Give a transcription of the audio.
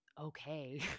okay